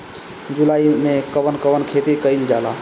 जुलाई मे कउन कउन खेती कईल जाला?